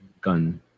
gun